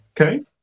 Okay